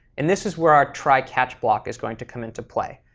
and this is where our try catch block is going to come into play.